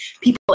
people